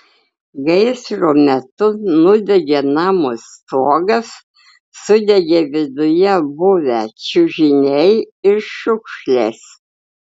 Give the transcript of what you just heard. gaisro metu nudegė namo stogas sudegė viduje buvę čiužiniai ir šiukšlės